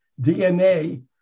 DNA